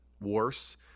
worse